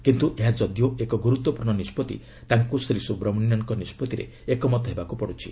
କିନ୍ତୁ ଏହା ଯଦିଓ ଏକ ଗୁରୁତ୍ୱପୂର୍ଣ୍ଣ ନିଷ୍କଭି ତାଙ୍କୁ ଶ୍ରୀ ସୁବ୍ରମଣ୍ୟନ୍ଙ୍କ ନିଷ୍କଭିରେ ଏକମତ ହେବାକୁ ପଡ଼ୁଛି